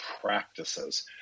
practices